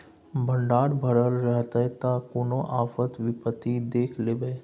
भंडार भरल रहतै त कोनो आफत विपति देख लेबै